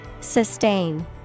sustain